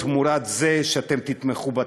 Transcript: תמורת זה שתתמכו בתקציב.